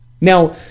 Now